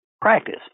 practice